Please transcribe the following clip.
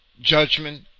judgment